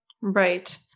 right